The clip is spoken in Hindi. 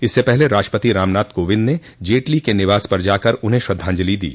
इससे पहले राष्ट्रपति रामनाथ कोविंद ने जेटली के निवास पर जाकर उन्हें श्रद्धांजलि दी